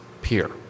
peer